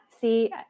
see